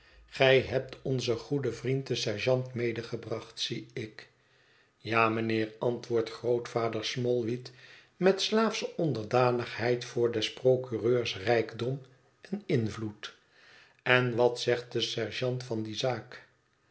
gij hebt onzen goeden vriend den sergeant medegebracht zie ik ja mijnheer antwoordt grootvader smallweed met slaafsche onderdanigheid voor des procureurs rijkdom en invloed en wat zegt de sergeant van die zaak